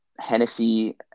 Hennessy